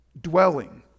dwelling